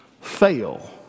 fail